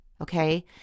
okay